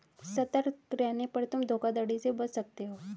सतर्क रहने पर तुम धोखाधड़ी से बच सकते हो